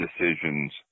decisions